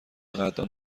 قدردان